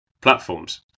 platforms